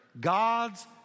God's